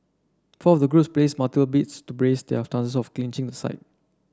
four of the groups placed multiple bids to praise their chances of clinching the site